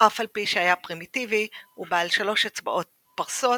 אף על פי שהיה פרימיטיבי ובעל 3 אצבעות פרסות,